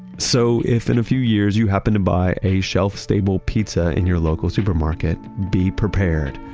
so if in a few years you happen to buy a shelf-stable pizza in your local supermarket, be prepared.